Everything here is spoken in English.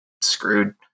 screwed